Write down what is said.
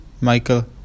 Michael